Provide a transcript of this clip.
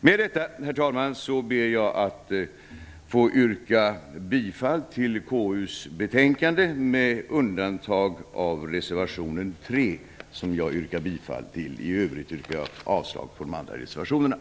Med detta, herr talman, ber jag att få yrka bifall till hemställan i KU:s betänkande med undantag för reservation 3, som jag yrkar bifall till; övriga reservationer yrkar jag avslag på.